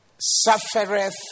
suffereth